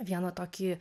vieną tokį